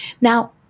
Now